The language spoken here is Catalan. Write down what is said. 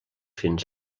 fins